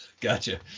Gotcha